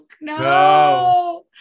No